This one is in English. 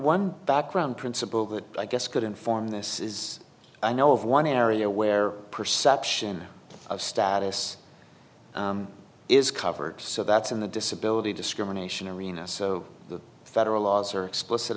one principle that i guess could inform this is i know of one area where perception of status is covered so that's in the disability discrimination arena so the federal laws are explicit